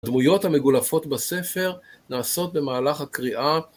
הדמויות המגולפות בספר נעשות במהלך הקריאה